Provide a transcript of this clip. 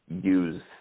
use